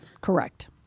Correct